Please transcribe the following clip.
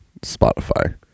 Spotify